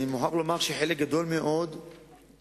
אני מוכרח לומר שחלק גדול מאוד מהתוכניות,